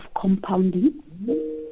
compounding